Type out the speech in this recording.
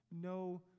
no